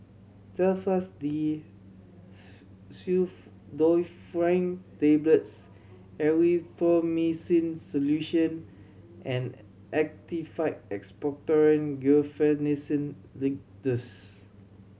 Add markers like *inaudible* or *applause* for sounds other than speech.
Telfast D *unintelligible* Pseudoephrine Tablets Erythroymycin Solution and Actified Expectorant Guaiphenesin Linctus